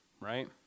right